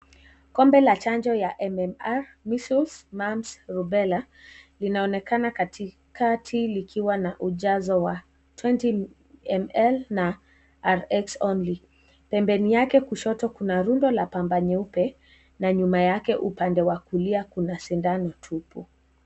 Kombe ya chanjo ya MMR, measles, mumps, rubella linaonekana katikati likiwa na ujazo wa 20ml na Rx Only , pembeni yake kushoto kuna rundo ya bamba nyeupe na nyuma yake upande wa kulia kuna sindano tupu.